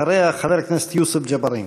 אחריה חבר הכנסת יוסף ג'בארין.